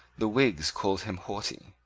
the whigs called him haughty,